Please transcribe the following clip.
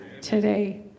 Today